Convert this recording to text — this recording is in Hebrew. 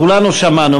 כולנו שמענו.